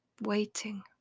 waiting